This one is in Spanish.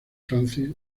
francis